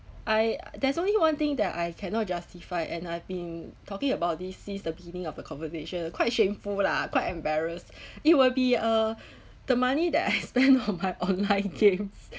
I there's only one thing that I cannot justify and I've been talking about this since the beginning of the conversation quite shameful lah quite embarrassed it will be uh the money that I spend on my online games